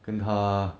跟他